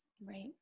right